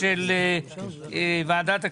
בעד,